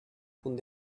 punt